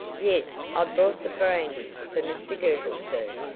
yes i've brought the brandy for mr girtle, sir.